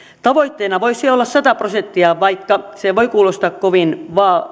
tavoitteena voisi olla sata prosenttia vaikka se voi kuulostaa kovin